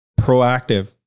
proactive